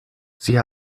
sie